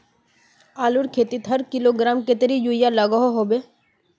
आलूर खेतीत हर किलोग्राम कतेरी यूरिया लागोहो होबे?